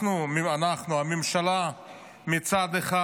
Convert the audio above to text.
מצד אחד